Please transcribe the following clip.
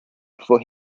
for